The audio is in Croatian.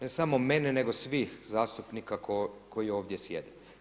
Ne samo mene, nego svih zastupnika koji ovdje sjede.